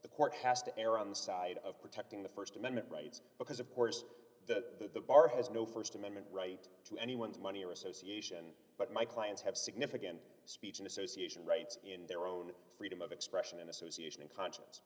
the court has to err on the side of protecting the st amendment rights because of course the bar has no st amendment right to anyone's money or association but my clients have significant speech in association rights in their own freedom of expression and association and consci